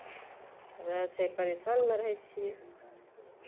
रहै छै परेशानमे रहै छियै